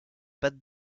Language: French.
pattes